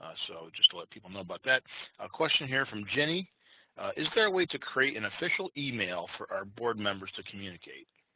ah so just to let people about but that ah question here from jenny is there a way to create an official email for our board members to communicate?